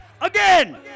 Again